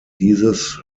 dieses